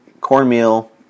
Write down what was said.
cornmeal